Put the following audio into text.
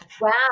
Wow